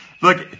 Look